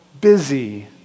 busy